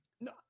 No